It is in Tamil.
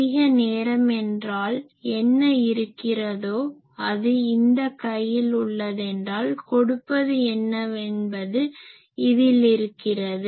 அதிக நேரம் என்றால் என்ன இருக்கிறதோ அது இந்த கையில் உள்ளதென்றால் கொடுப்பது என்னவென்பது இதில் இருக்கிறது